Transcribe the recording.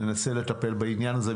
ננסה לטפל בעניין הזה.